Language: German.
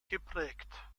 geprägt